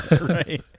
right